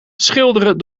schilderen